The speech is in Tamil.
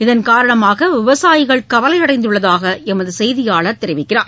இதன் காரணமாக விவசாயிகள் கவலையடைந்துள்ளதாக எமது செய்தியாளர் தெரிவிக்கிறார்